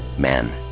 men.